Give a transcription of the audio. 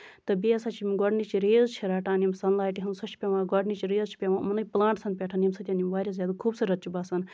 تہٕ بیٚیہِ ہسا چھِ یِم گۄڈٕنِچ ریز چھِ رَٹان یِم سَن لایٹہِ ہنز سۄ چھِ پیوان گۄڈٕنِچ ریز چھِ پیوان یِمنٕے پٔلانٹٔسَن پٮ۪ٹھ ییٚمہِ سۭتۍ یِم واریاہ زیادٕ خوٗبصوٗرت چھِ باسان